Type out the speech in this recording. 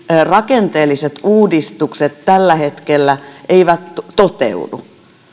rakenteelliset uudistukset tällä hetkellä eivät toteudu